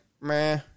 meh